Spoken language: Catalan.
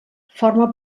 forma